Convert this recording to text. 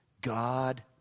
God